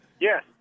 Yes